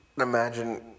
imagine